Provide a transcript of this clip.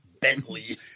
Bentley